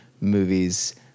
movies